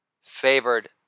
favored